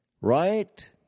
Right